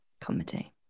Comedy